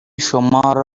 شما